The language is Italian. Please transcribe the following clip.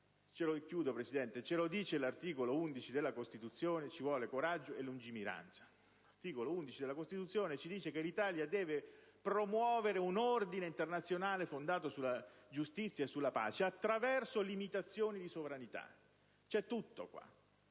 ce lo dice l'articolo 11 della Costituzione - ci vuole coraggio e lungimiranza. L'articolo 11 della Costituzione ci dice che l'Italia deve promuovere un ordine internazionale fondato sulla giustizia e sulla pace attraverso limitazioni di sovranità. È tutto